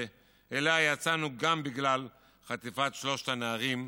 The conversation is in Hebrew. שאליו יצאנו גם בגלל חטיפת שלושת הנערים,